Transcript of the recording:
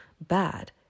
bad